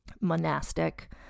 monastic